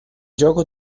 gioco